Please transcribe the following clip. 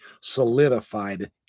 solidified